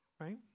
right